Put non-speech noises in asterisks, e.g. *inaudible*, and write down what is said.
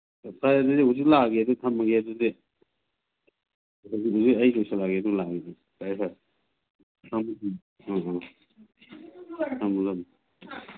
ꯐꯔꯦ ꯑꯗꯨꯗꯤ ꯍꯧꯖꯤꯛ ꯂꯥꯛꯑꯒꯦ ꯑꯗꯨꯗꯤ ꯊꯝꯃꯒꯦ ꯑꯗꯨꯗꯤ ꯍꯧꯖꯤꯛ ꯍꯧꯖꯤꯛ ꯑꯩ ꯂꯣꯏꯁꯤꯜꯂꯛꯑꯒꯦ ꯑꯗꯨꯒ ꯂꯥꯛꯑꯒꯦ ꯑꯗꯨꯗꯤ ꯐꯔꯦ ꯐꯔꯦ *unintelligible* ꯑꯥ ꯑꯥ ꯊꯝꯃꯣ ꯊꯝꯃꯣ